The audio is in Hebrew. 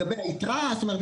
זאת אומרת,